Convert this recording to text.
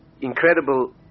incredible